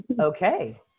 okay